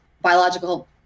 biological